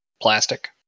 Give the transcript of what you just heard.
plastic